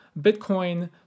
Bitcoin